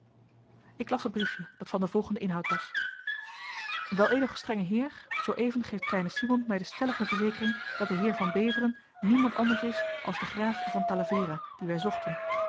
ik las het briefje dat van den volgenden inhoud was wel edel gestrenge heer zooeven geeft kleine simon mij de stellige verzekering dat de heer van beveren niemand anders is als de graaf van talavera dien wij zochten